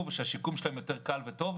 ושהשיקום שלהם קל יותר וטוב,